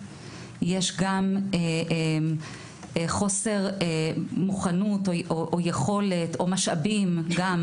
יש כאן חוסר מוכנות או יכולת או משאבים בתוך